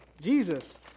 Jesus